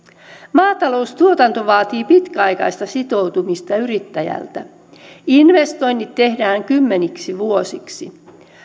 maataloustuotanto vaatii pitkäaikaista sitoutumista yrittäjältä investoinnit tehdään kymmeniksi vuosiksi